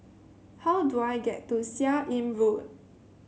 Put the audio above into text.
how do I get to Seah Im Road